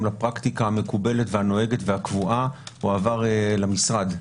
לפרקטיקה המקובלת והנוהגת והקבועה למשרד.